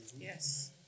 Yes